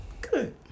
Good